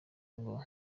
ngo